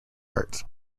art